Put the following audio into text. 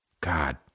God